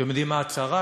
אתם יודעים מה הצרה?